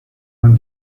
man